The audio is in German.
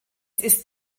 ist